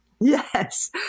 Yes